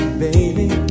baby